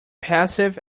passive